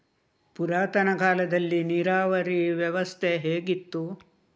ಪುರಾತನ ಕಾಲದಲ್ಲಿ ನೀರಾವರಿ ವ್ಯವಸ್ಥೆ ಹೇಗಿತ್ತು?